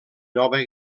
nova